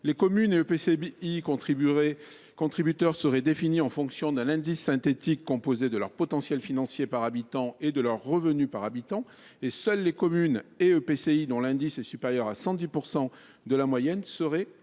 Les communes et EPCI contributeurs seraient définis en fonction d’un indice synthétique composé de leur potentiel financier par habitant et de leur revenu par habitant. Seules les communes et EPCI dont l’indice est supérieur à 110 % de la moyenne nationale